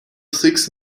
six